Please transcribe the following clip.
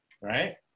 right